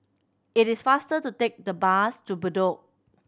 it is faster to take the bus to Bedok